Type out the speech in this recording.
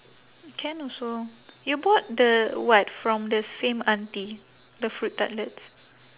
can also you bought the what from the same auntie the fruit tartlets